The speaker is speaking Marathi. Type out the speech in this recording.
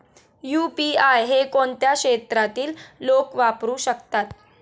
यु.पी.आय हे कोणत्या क्षेत्रातील लोक वापरू शकतात?